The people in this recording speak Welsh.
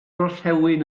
orllewin